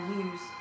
use